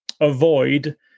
avoid